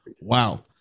wow